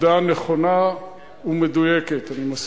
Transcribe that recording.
עובדה נכונה ומדויקת, אני מסכים.